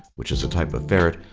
which is a type of ferret,